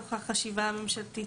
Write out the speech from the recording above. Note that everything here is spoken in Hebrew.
מתוך החשיבה הממשלתית,